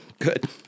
Good